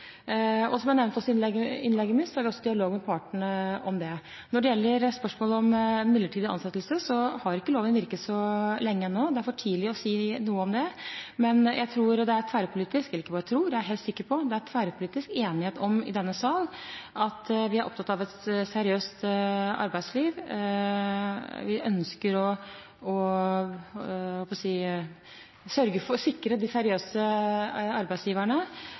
Som jeg også nevnte i innlegget mitt, er det dialog med partene om dette. Når det gjelder spørsmålet om midlertidig ansettelse, har ikke loven virket så lenge ennå. Det er for tidlig å si noe om det. Men jeg tror – jeg ikke bare tror, jeg er helt sikker på – det er tverrpolitisk enighet i denne sal om at vi er opptatt av et seriøst arbeidsliv. Vi ønsker å sikre de seriøse arbeidsgiverne, og derfor står kampen mot arbeidslivskriminalitet generelt på